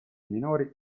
minori